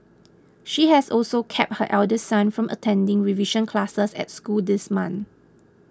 she has also kept her elder son from attending revision classes at school this month